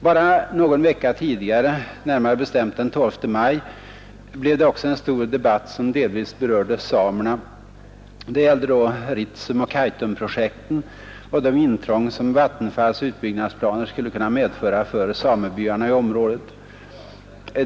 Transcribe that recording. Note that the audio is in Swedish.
Bara några veckor tidigare, närmare bestämt den 12 maj, hade vi också en stor debatt som delvis berörde samerna. Det gällde då Ritsem-Kaitumprojekten och det intrång som Vattenfalls utbyggnadsplaner skulle kunna medföra för samebyarna i området.